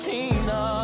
Tina